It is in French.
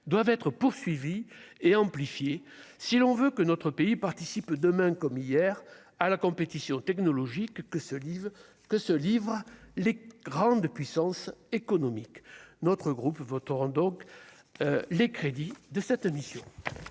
doivent être poursuivi et amplifié, si l'on veut que notre pays participe demain comme hier, à la compétition technologique que ce Live que se livrent les grandes puissances économiques, notre groupe votera donc les crédits de cette émission.